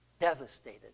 devastated